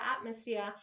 atmosphere